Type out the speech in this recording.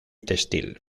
textil